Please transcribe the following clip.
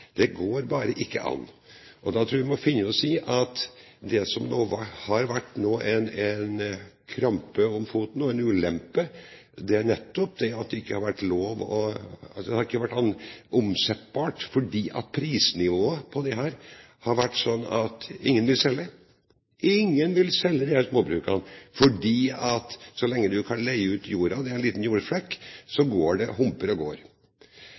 Det går bare ikke an. Da tror jeg vi må finne oss i at det som nå har vært en klamp om foten og en ulempe, er nettopp det at brukene ikke har vært omsettbare fordi prisnivået har vært sånn at ingen vil selge. Ingen vil selge disse småbrukene, for så lenge du kan leie ut jorden, en liten jordflekk, humper og går